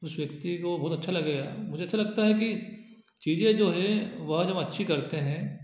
उस व्यक्ति को बहुत अच्छा लगेगा मुझे अच्छा लगता है कि चीज़ें जो हैं वह जब अच्छी करते हैं